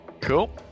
cool